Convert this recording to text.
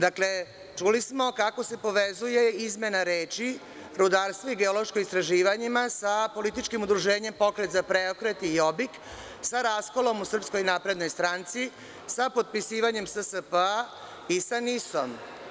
Dakle, čuli smo kako se povezuje izmena reči – rudarstvo i geološko istraživanje sa političkim udruženjem Pokret za preokret i „Jobbik“ sa raskolom u SNS sa potpisivanjemSSP i sa NIS.